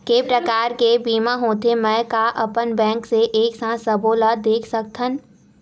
के प्रकार के बीमा होथे मै का अपन बैंक से एक साथ सबो ला देख सकथन?